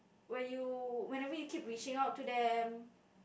where you whenever you keep reaching out to them